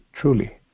truly